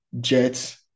Jets